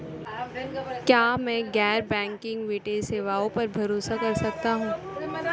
क्या मैं गैर बैंकिंग वित्तीय सेवाओं पर भरोसा कर सकता हूं?